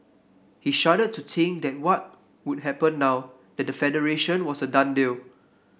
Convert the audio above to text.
he shuddered to think that what would happen now that the Federation was a done deal